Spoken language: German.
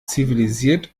zivilisiert